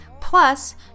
Plus